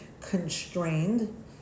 constrained